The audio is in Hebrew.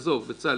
עזוב, בצלאל.